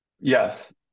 Yes